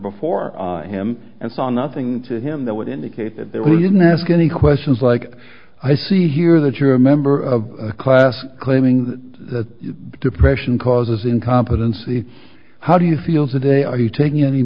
before him and saw nothing to him that would indicate that we didn't ask any questions like i see here that you're a member of a class claiming that depression causes incompetency how do you feel today are you taking any